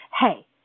Hey